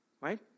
right